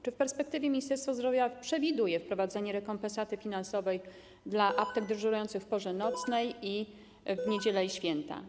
Czy w perspektywie Ministerstwo Zdrowia przewiduje wprowadzenie rekompensaty finansowej dla aptek dyżurujących w porze nocnej, w niedziele i święta?